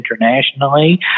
internationally